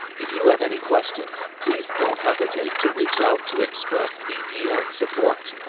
if you have any questions, please don't hesitate to reach out to expressvpn support.